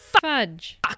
fudge